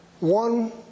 one